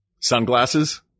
Sunglasses